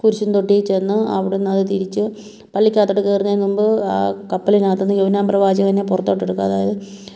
കുരിശുംതൊട്ടി ചെന്ന് അവിടുന്നത് തിരിച്ച് പള്ളിക്കകത്തോട്ട് കയറുന്നതിന് മുൻപ് ആ കപ്പലിനകത്ത്ന്ന് യോഹന്നാൻ പ്രവാചകനെ പുറത്തോട്ടെടുക്കും അതായത്